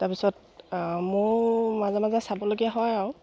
তাৰপিছত মোৰ মাজে মাজে চাবলগীয়া হয় আৰু